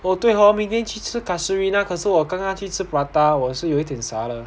orh 对 hor 明天去吃 casuarina 可是我刚刚去吃 prata 我是有一点傻的